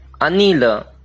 anila